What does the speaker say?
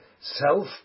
self